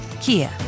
Kia